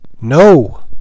No